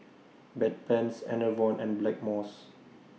Bedpans Enervon and Blackmores